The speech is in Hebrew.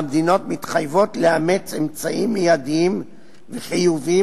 והמדינות מתחייבות לאמץ אמצעים מיידיים וחיוביים